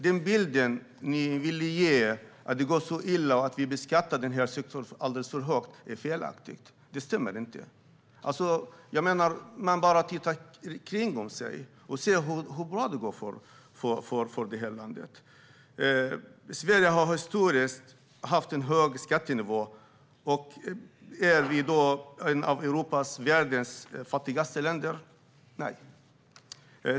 Den bild som ni vill ge av att det går så illa och att vi har en alldeles för hög beskattning är felaktig. Den stämmer inte. Man behöver bara se sig omkring för att se hur bra det går för det här landet. Historiskt har Sverige haft en hög skattenivå. Är vi då ett av Europas eller världens fattigaste länder? Nej.